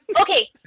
Okay